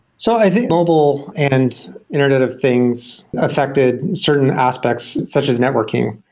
so i think mobile and internet of things affected certain aspects such as networking.